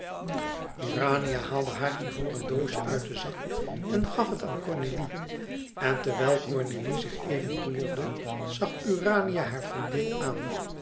urania haalde haar ivoren doosje uit den zak en gaf het aan cornélie en terwijl cornélie zich even poeierde zag zij hare vriendin aan